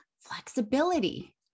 flexibility